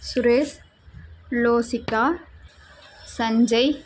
Suresh Loshika Sanjay